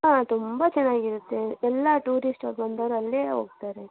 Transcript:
ಹಾಂ ತುಂಬ ಚೆನ್ನಾಗಿರುತ್ತೆ ಎಲ್ಲ ಟೂರಿಸ್ಟವರು ಬಂದವರು ಅಲ್ಲೇ ಹೋಗ್ತಾರೆ